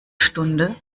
stunde